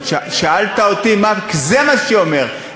שאלת אותי מה, זה מה שהיא אומרת.